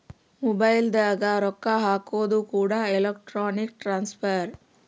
mobile ದಾಗ ರೊಕ್ಕ ಹಾಕೋದು ಕೂಡ ಎಲೆಕ್ಟ್ರಾನಿಕ್ ಟ್ರಾನ್ಸ್ಫರ್